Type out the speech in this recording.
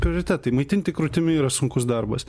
prioritetai maitinti krūtimi yra sunkus darbas